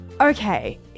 Okay